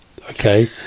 Okay